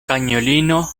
cagnolino